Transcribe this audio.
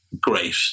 great